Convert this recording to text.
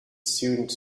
student